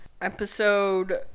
episode